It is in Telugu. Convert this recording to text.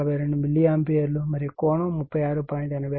42 మిల్లీ ఆంపియర్ మరియు కోణం 36